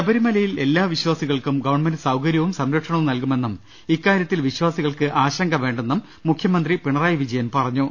ശബരിമലയിൽ എല്ലാ വിശ്വാസികൾക്കും ഗ്വൺമെന്റ് സൌക രൃവും സംരക്ഷണവും നൽകുമെന്നും ഇക്കാരൃത്തിൽ വിശ്വാസി കൾക്ക് ആശങ്ക വേണ്ടെന്നും മുഖ്യമന്ത്രി പിണറായി വിജയൻ പറ ഞ്ഞു